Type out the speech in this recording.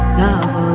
love